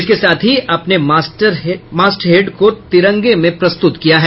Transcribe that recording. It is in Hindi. इसके साथ ही अपने मास्टहेड को तिरंगे में प्रस्तुत किया है